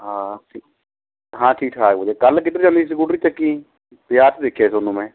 ਹਾਂ ਠੀਕ ਹਾਂ ਠੀਕ ਠਾਕ ਵੀਰੇ ਕੱਲ੍ਹ ਕਿੱਧਰ ਚੱਲੇ ਸਕੂਟਰੀ ਚੱਕੀ ਵਿਆਹ 'ਚ ਦੇਖਿਆ ਤੁਹਾਨੂੰ ਮੈਂ